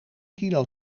kilo